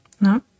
No